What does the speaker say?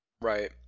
Right